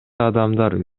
адамдар